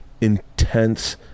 intense